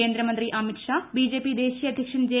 കേന്ദ്ര മന്ത്രി അമിത് ഷാ ബിജെപി ദേശീയ അധ്യക്ഷൻ ജെ